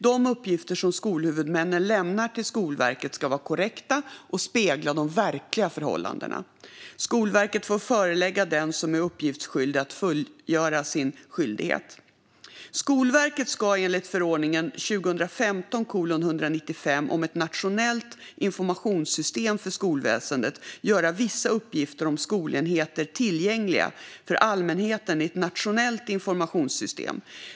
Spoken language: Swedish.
De uppgifter som skolhuvudmännen lämnar till Skolverket ska vara korrekta och spegla de verkliga förhållandena. Skolverket får förelägga den som är uppgiftsskyldig att fullgöra sin skyldighet. Skolverket ska enligt förordningen om ett nationellt informationssystem för skolväsendet göra vissa uppgifter om skolenheter tillgängliga för allmänheten i ett nationellt informationssystem.